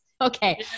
Okay